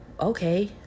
okay